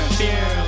fear